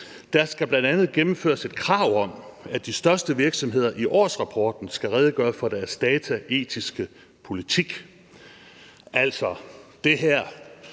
»Der skal blandt andet gennemføres et krav om, at de største virksomheder i årsrapporten skal redegøre for deres dataetiske politik«.